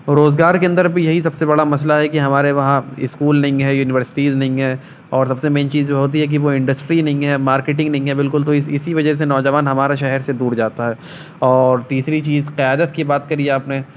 روزگار کے اندر بھی یہی سب سے بڑا مسئلہ ہے کہ ہمارے وہاں اسکول نہیں ہے یونیورسٹیز نہیں ہیں اور سب سے مین چیز جو ہوتی ہے کہ وہ انڈسٹری نہیں ہے مارکیٹنگ نہیں ہے بالکل تو اس اسی وجہ سے نوجوان ہمارے شہر سے دور جاتا ہے اور تیسری چیز قیادت کی بات کری ہے آپ نے